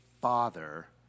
father